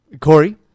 Corey